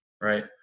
right